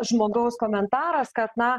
žmogaus komentaras kad na